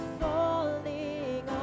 falling